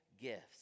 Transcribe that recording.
gifts